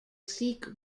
seek